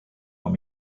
want